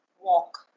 walk